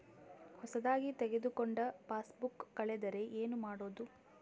ಹೊಸದಾಗಿ ತೆಗೆದುಕೊಂಡ ಪಾಸ್ಬುಕ್ ಕಳೆದರೆ ಏನು ಮಾಡೋದು?